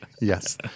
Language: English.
yes